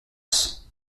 sens